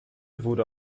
wurde